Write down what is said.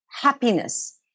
happiness